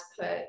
put